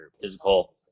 physical